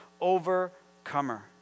overcomer